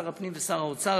שר הפנים ושר האוצר,